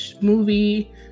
movie